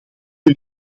heb